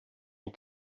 and